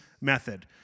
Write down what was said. method